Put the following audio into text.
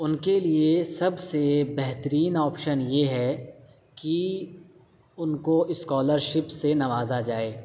ان کے لیے سب سے بہترین آپشن یہ ہے کہ ان کو اسکالر شپ سے نوازا جائے